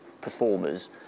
performers